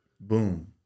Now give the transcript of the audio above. boom